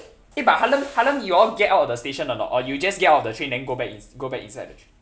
eh but harlem harlem you all get out of the station or not or you just get out of the train then go back in~ go back inside the train